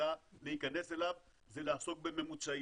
כוועדה להיכנס אליו זה לעסוק בממוצעים.